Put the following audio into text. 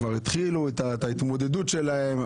כבר התחילו את ההתמודדות שלהם,